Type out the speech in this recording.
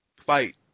fight